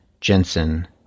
jensen